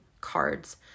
cards